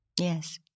Yes